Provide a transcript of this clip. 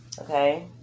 Okay